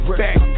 back